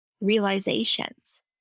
realizations